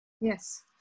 Yes